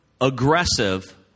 aggressive